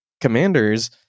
commanders